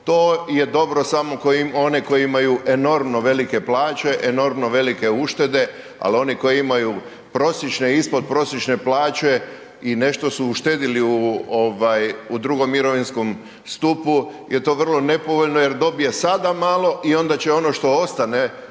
To je dobro samo onima koji imaju enormno velike plaće, enormno velike uštede ali oni koji imaju prosječne i ispodprosječne plaće i nešto su uštedjeli u II. mirovinskom stupu je to vrlo nepovoljno jer dobije sada malo i onda će ono što ostane